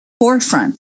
forefront